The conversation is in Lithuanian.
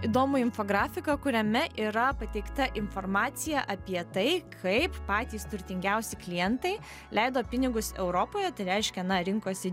įdomų infografiką kuriame yra pateikta informacija apie tai kaip patys turtingiausi klientai leido pinigus europoje tai reiškia na rinkosi